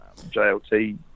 JLT